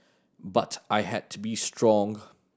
but I had to be strong